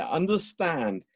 understand